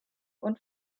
und